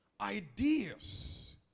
ideas